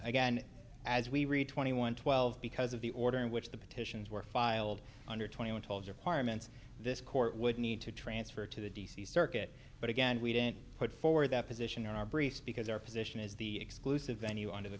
again as we read twenty one twelve because of the order in which the petitions were filed under twenty one twelve departments this court would need to transfer to the d c circuit but again we didn't put forward that position our briefs because our position is the exclusive venue under the